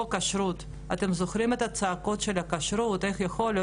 פה בכלל יש לי שאלות קשות כי פה אנחנו רואים